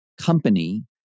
company